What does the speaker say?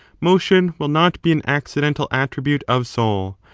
motion will not be an accidental attribute of soul,